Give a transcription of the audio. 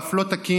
פוליגרף לא תקין,